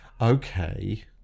Okay